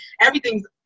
Everything's